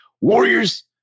Warriors